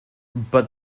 but